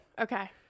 Okay